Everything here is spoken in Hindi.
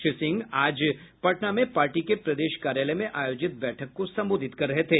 श्री सिंह आज पटना में पार्टी के प्रदेश कार्यालय में आयोजित बैठक को संबोधित कर रहे थे